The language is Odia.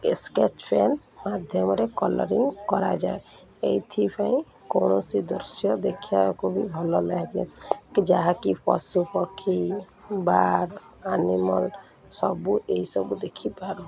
ସ୍କେଚ୍ ପେନ୍ ମାଧ୍ୟମରେ କଲରିଂ କରାଯାଏ ଏଇଥିପାଇଁ କୌଣସି ଦୃଶ୍ୟ ଦେଖିବାକୁ ବି ଭଲ ଲାଗେ ଯାହାକି ପଶୁପକ୍ଷୀ ବାର୍ଡ଼୍ ଆନିମଲ୍ ସବୁ ଏଇସବୁ ଦେଖିପାରୁ